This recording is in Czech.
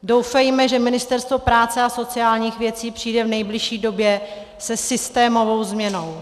Doufejme, že Ministerstvo práce a sociálních věcí přijde v nejbližší době se systémovou změnou.